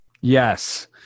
Yes